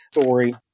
story